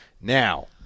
Now